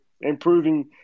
improving